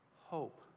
hope